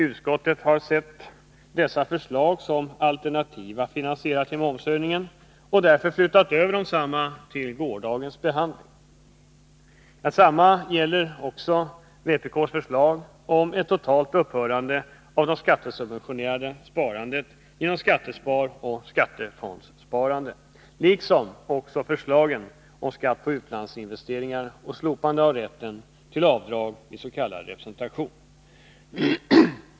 Utskottet har sett dessa förslag som alternativa finansieringar till momshöjningen och flyttade därför över dem till gårdagens behandling. Detsamma gäller vpk:s förslag om ett totalt upphörande av det skattesubventionerade sparandet i skattesparande och skattefondssparande, liksom förslagen om skatt på utlandsinvesteringar och slopande av rätten till avdrag vid s.k. representation.